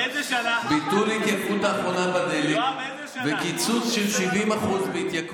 אין בעיה, קריאות ביניים, בישיבה.